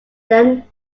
then